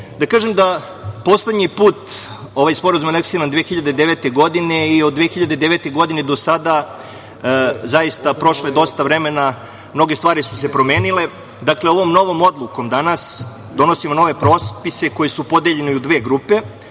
sigurnosti. Poslednji put ovaj sporazum je aneksiran 2009. godine i od 2009. godine do sada zaista prošlo je dosta vremena, mnoge stvari su se promenile. Dakle, ovom novom odlukom danas donosimo nove propise koji su podeljene u dve grupe.